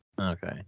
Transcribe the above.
okay